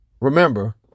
remember